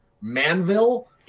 Manville